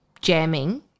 jamming